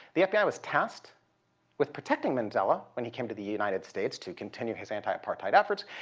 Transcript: the fbi was tasked with protecting mandela when he came to the united states to continue his anti-apartheid efforts,